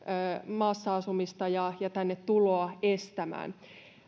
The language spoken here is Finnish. maassa asumista ja ja tänne tuloa estämään